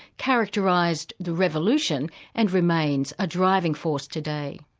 characterised the revolution and remains a driving force today.